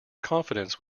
confidence